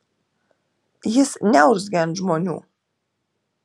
jis neurzgia ant žmonių